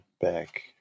back